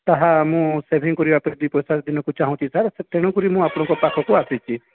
ତାହା ମୁଁ ସେଭିଙ୍ଗ୍ କରିବାପାଇଁ ଦୁଇ ପଇସା ଦିନକୁ ଚାହୁଁଛି ସାର୍ ତେଣୁକରି ମୁଁ ଆପଣଙ୍କ ପାଖକୁ ଆସିଛି